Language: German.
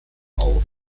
auf